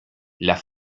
las